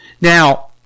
Now